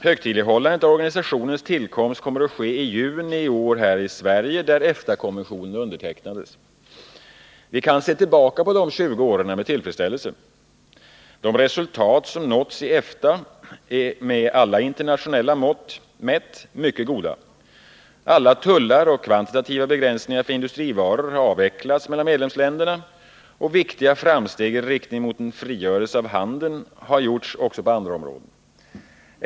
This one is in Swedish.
Högtidlighållandet av organisationens tillkomst kommer att ske i juni i år här i Sverige, där EFTA-konventionen undertecknades. Vi kan se tillbaka på de 20 åren med tillfredsställelse. De resultat som har nåtts i EFTA är med alla internationella mått mätt mycket goda. Alla tullar och kvantitativa begränsningar för industrivaror har avvecklats mellan medlemsländerna, och viktiga framsteg i riktning mot en frigörelse av handeln har gjorts också på andra områden.